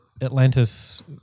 Atlantis